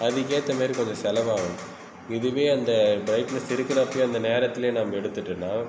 அதுக்கேற்ற மாதிரி கொஞ்சம் செலவாகும் இதுவே அந்த பிரைட்னஸ் இருக்கிறப்போவே அந்த நேரத்துலேயே நம்ம எடுத்துகிட்டோனா